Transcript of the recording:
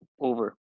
Over